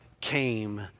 came